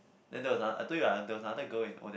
then there was another I told you [what] there was another girl in Odac